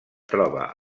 troba